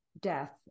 death